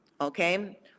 okay